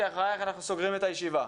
כי אחרייך אנחנו סוגרים את הישיבה.